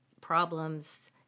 problems